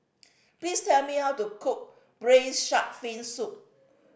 please tell me how to cook Braised Shark Fin Soup